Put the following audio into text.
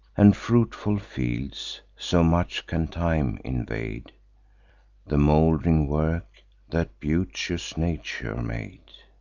and fruitful fields so much can time invade the mold'ring work that beauteous nature made.